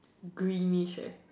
greenish